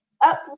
Up